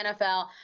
NFL